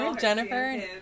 Jennifer